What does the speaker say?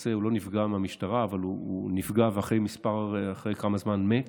שלמעשה לא נפגע מהמשטרה אבל נפגע ואחרי כמה זמן מת,